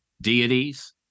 deities